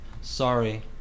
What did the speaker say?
Sorry